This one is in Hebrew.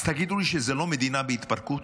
אז תגידו לי שזאת לא מדינה בהתפרקות,